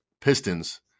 Pistons